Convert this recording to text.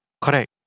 Correct